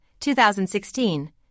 2016